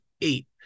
eight